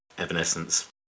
Evanescence